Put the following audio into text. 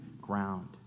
ground